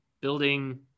building